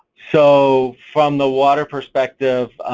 so from the water perspective,